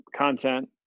content